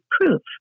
proof